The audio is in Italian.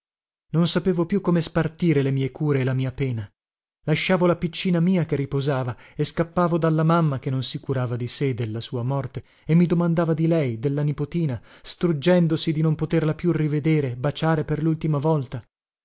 non sapevo più come spartire le mie cure e la mia pena lasciavo la piccina mia che riposava e scappavo dalla mamma che non si curava di sé della sua morte e mi domandava di lei della nipotina struggendosi di non poterla più rivedere baciare per lultima volta